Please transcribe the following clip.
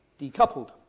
decoupled